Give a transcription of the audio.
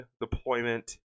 deployment